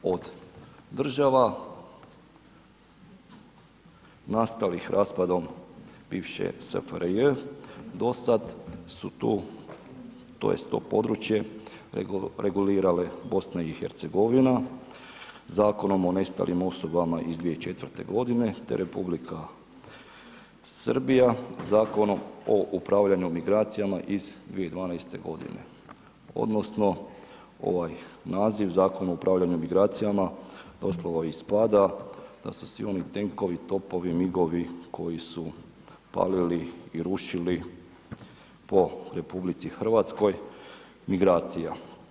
Od država nastalih raspadom bivše SFRJ dosad su tu tj. to područje regulirale BiH, Zakonom o nestalim osobama iz 2004. godine te Republika Srbija, Zakonom o upravljanju migracijama iz 2012. godine odnosno ovaj naziv Zakon o upravljanju migracijama doslovno ispada da su svi oni tenkovi, topovi, migovi koji su palili i rušili po RH migracija.